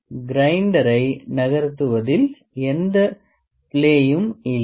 எனவே கிரைண்டரை நகர்த்துவதில் எந்த பிலேயும் இல்லை